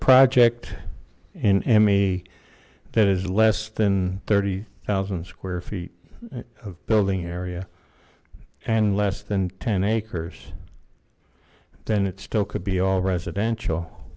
project in emmy that is less than thirty thousand square feet of building area and less than ten acres then it still could be all residential